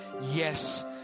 yes